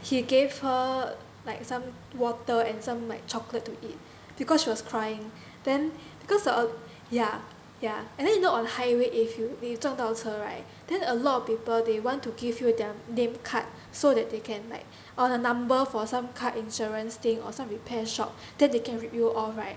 he gave her like some water and some like chocolate to eat because she was crying then because err ya ya and then you know on highway if you 你撞到车 right then a lot of people they want to give you their name card so that they can like or the number for some car insurance thing or some repair shop that they can rip you off right